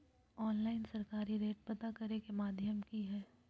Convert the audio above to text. Online सरकारी rate पता करे के माध्यम की हय?